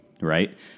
right